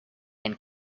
and